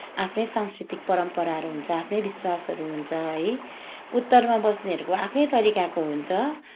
आफ्नै सांस्कृतिक परम्पराहरू हुन्छ आफ्नै विश्वासहरू हुन्छ है उत्तरमा बस्नेहरूको आफ्नै तरिकाको हुन्छ